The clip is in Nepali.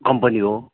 कम्पनी हो